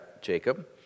Jacob